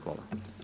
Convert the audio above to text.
Hvala.